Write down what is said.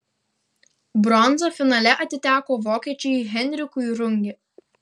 bronza finale atiteko vokiečiui henrikui runge